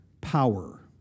power